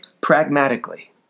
pragmatically